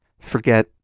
Forget